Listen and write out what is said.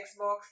Xbox